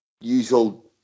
usual